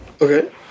Okay